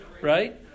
right